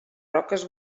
roques